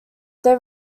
their